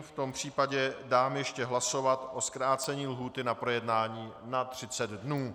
V tom případě dám ještě hlasovat o zkrácení lhůty na projednání na 30 dnů.